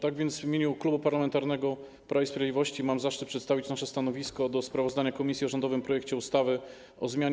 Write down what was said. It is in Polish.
Tak więc w imieniu Klubu Parlamentarnego Prawo i Sprawiedliwość mam zaszczyt przedstawić nasze stanowisko wobec sprawozdania komisji o rządowym projekcie ustawy o zmianie